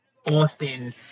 austin